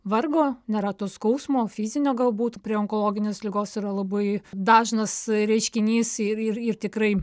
vargo nėra to skausmo fizinio galbūt prie onkologinės ligos yra labai dažnas reiškinys ir ir ir tikrai